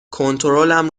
کنترلم